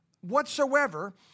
whatsoever